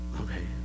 Okay